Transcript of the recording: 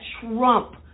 Trump